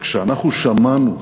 וכשאנחנו שמענו